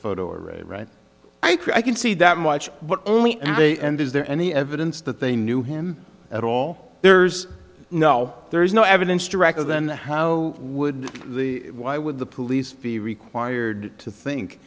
photo array right i can see that much but only at the end is there any evidence that they knew him at all there's no there is no evidence directly then how would the why would the police be required to think